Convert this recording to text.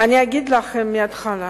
אני אגיד לכם מההתחלה